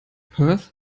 perth